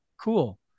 cool